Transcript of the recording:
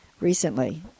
recently